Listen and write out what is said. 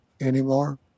anymore